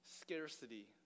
scarcity